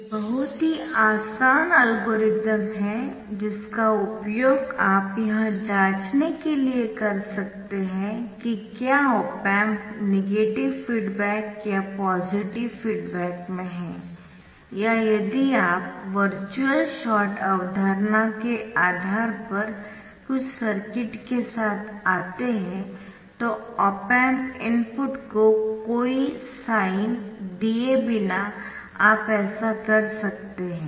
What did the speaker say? एक बहुत ही आसान एल्गोरिथम है जिसका उपयोग आप यह जांचने के लिए कर सकते है कि क्या ऑप एम्प नेगेटिव फीडबैक या पॉजिटिव फीडबैक में है या यदि आप वर्चुअल शॉर्ट अवधारणा के आधार पर कुछ सर्किट के साथ आते है तो ऑप एम्प इनपुट को कोई साइन दिए बिना आप ऐसा कर सकते है